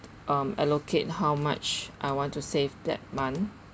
um allocate how much I want to save that month